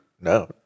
No